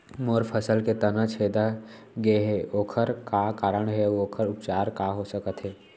मोर फसल के तना छेदा गेहे ओखर का कारण हे अऊ ओखर उपचार का हो सकत हे?